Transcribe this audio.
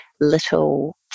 little